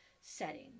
setting